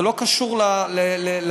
זה לא קשור לדת,